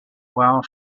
while